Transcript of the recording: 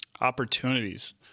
opportunities